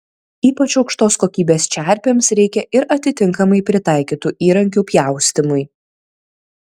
ypač aukštos kokybės čerpėms reikia ir atitinkamai pritaikytų įrankių pjaustymui